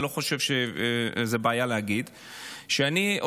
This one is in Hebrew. אבל אני לא חושב שזו בעיה להגיד,